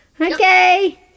Okay